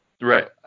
Right